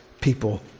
people